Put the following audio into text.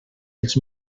els